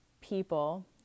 people